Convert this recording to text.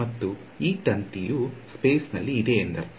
ಮತ್ತು ಈ ತಂತಿಯು ಸ್ಪೇಸ್ ನಲ್ಲಿ ಇದೆ ಎಂದರ್ಥ